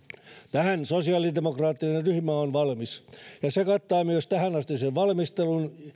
tähän sosiaalidemokraattinen ryhmä on valmis se kattaa myös tähänastisen valmistelun